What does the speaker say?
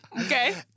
Okay